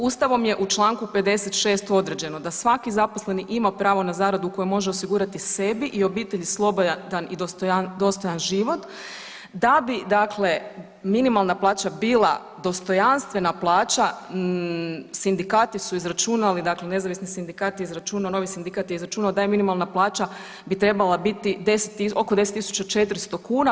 Ustavom je u čl. 56. određeno da svaki zaposleni ima pravo na zaradu koju može osigurati sebi i obitelji slobodan i dostojan život, da bi dakle minimalna plaća bila dostojanstvena plaća sindikati su izračunali, dakle nezavisni sindikat je izračunao, novi sindikat je izračunao da je minimalna plaća bi trebala biti oko 10.400 kuna.